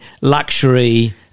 luxury